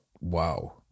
wow